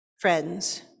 friends